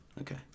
Okay